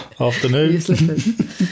Afternoon